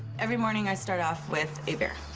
every morning i start off with a beer.